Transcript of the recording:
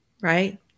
Right